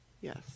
Yes